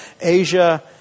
Asia